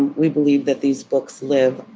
we believe that these books live,